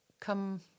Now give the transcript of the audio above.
come